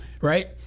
right